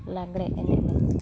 ᱞᱟᱜᱲᱮ ᱮᱱᱮᱡ ᱞᱮ ᱮᱱᱮᱡᱼᱟ